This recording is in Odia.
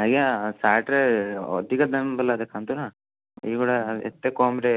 ଆଜ୍ଞା ସାର୍ଟ୍ ରେ ଅଧିକ ଦାମ୍ ବାଲା ଦେଖାନ୍ତୁ ନା ଏଇଗୁଡ଼ା ଏତେ କମ୍ ରେ